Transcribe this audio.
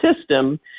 system